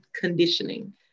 conditioning